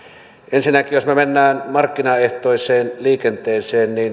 ensinnäkin jos me menemme markkinaehtoiseen liikenteeseen